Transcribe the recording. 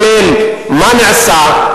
מה נעשה,